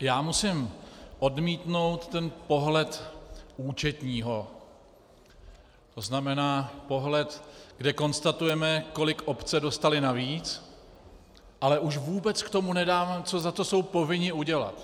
Já musím odmítnout ten pohled účetního, to znamená pohled, kde konstatujeme, kolik obce dostaly navíc, ale už vůbec k tomu nedáváme, co za to jsou povinny udělat.